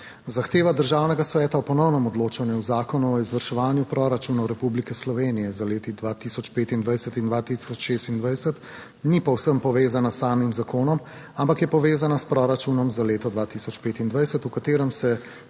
Zahteva Državnega sveta o ponovnem odločanju o Zakonu o izvrševanju proračunov Republike Slovenije za leti 2025 in 2026 ni povsem povezana s samim zakonom, ampak je povezana s proračunom za leto 2025, v katerem se